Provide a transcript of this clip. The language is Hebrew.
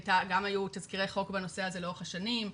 גם היו תסקירי חוג בנושא הזה לאורך השנים,